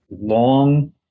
long